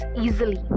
easily